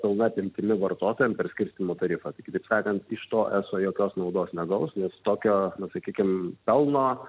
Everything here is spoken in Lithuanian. pilna apimtimi vartotojam per skirstymų tarifą tai kitaip sakant iš to eso jokios naudos negaus nes tokio na sakykim pelno